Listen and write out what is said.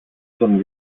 τον